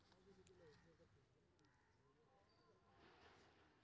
हमरा मोबाइल पर कोई भी फसल के नया कीमत तुरंत केना मालूम होते?